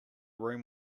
room